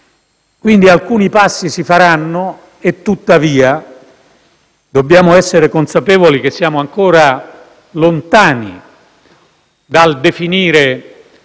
passi quindi si faranno e, tuttavia, dobbiamo essere consapevoli che siamo ancora lontani dal definire